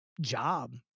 job